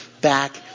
back